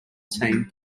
team